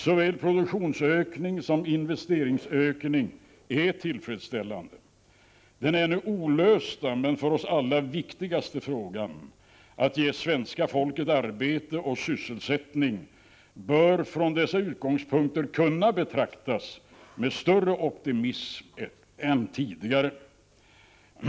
Såväl produktionsökning som investeringsökning är tillfredsställande. Den ännu olösta men för oss alla viktigaste frågan, att ge svenska folket arbete och sysselsättning, bör från dessa utgångspunkter kunna betraktas med större optimism än tidigare.